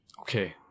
Okay